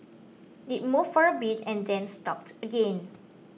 it moved for a bit and then stopped again